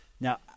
Now